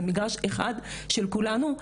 זה מגרש אחד של כולנו,